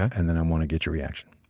and then i want to get your reaction.